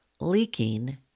leaking